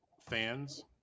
fans